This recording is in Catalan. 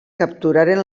capturaren